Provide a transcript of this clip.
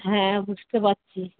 হ্যাঁ বুঝতে পারছি